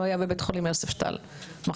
לא היה בבית החולים יוספטל מכשיר,